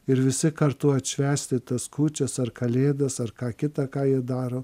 ir visi kartu atšvęsti tas kūčias ar kalėdas ar ką kita ką jie daro